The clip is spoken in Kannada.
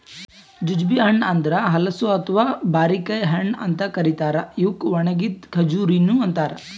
ಜುಜುಬಿ ಹಣ್ಣ ಅಂದುರ್ ಹಲಸು ಅಥವಾ ಬಾರಿಕಾಯಿ ಹಣ್ಣ ಅಂತ್ ಕರಿತಾರ್ ಇವುಕ್ ಒಣಗಿದ್ ಖಜುರಿನು ಅಂತಾರ